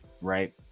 Right